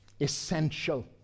essential